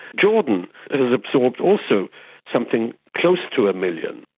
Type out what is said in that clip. jordan has absorbed also something close to a million.